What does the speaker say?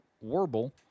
warble